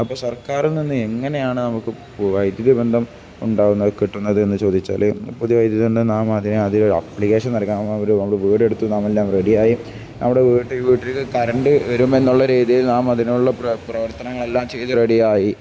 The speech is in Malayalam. അപ്പം സർക്കാരിൽ നിന്ന് എങ്ങനെയാണ് നമുക്ക് വൈദ്യുതി ബന്ധം ഉണ്ടാകുന്ന കിട്ടുന്നതെന്ന് ചോദിച്ചാൽ പുതിയ ഇതു തന്നെ വൈദ്യുതി ബന്ധം നാം അതിന് അതിന് അപ്ലിക്കേഷൻ നൽകുക ഒരു നമ്മുടെ വീട് എടുത്ത് നാം എല്ലാം റെഡിയായി നമ്മുടെ വീട് വീട്ടിലേക്ക് കറണ്ട് വരും എന്നുള്ള രീതിയിൽ നാം അതിനുള്ള പ്രവർത്തനം പ്രവർത്തനങ്ങൾ എല്ലാം ചെയ്ത് റെഡി ആയി